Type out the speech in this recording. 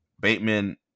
bateman